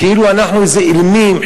כאילו אנחנו אילמים,